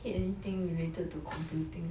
hate anything related to computing